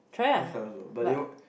I want try also but they